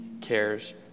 cares